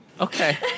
Okay